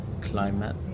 climate